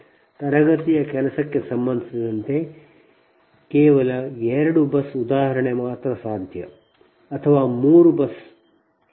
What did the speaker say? ತರಗತಿಯ ಕೆಲಸಕ್ಕೆ ಸಂಬಂಧಿಸಿದಂತೆ ತರಗತಿಯ ಕೆಲಸಕ್ಕೆ ಸಂಬಂಧಿಸಿದಂತೆ ಕೇವಲ ಎರಡು ಬಸ್ ಉದಾಹರಣೆ ಮಾತ್ರ ಸಾಧ್ಯ ಅಥವಾ ಮೂರು ಬಸ್ ಒಂದು ಸಡಿಲವಾದ ಬಸ್ ಆಗಿರಬಹುದು